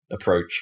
approach